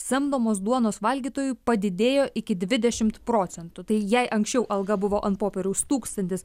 samdomos duonos valgytojų padidėjo iki dvidešimt procentų tai jei anksčiau alga buvo ant popieriaus tūkstantis